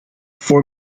for